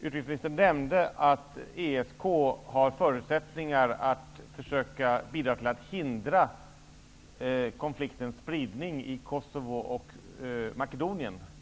Utrikesministern nämnde att ESK har förutsättningar att bidra till att hindra konfliktens spridning i Kosovo och Makedonien.